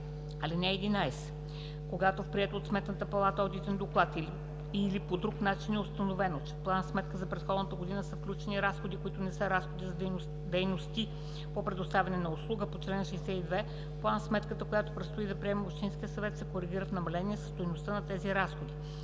ал. 4. (11) Когато в приет от Сметната палата одитен доклад или по друг начин е установено, че в план-сметка за предходна година са включени разходи, които не са разходи за дейности по предоставяне на услуга по чл. 62, план-сметката, която предстои да приеме общинския съвет, се коригира в намаление със стойността на тези разходи.